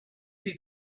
see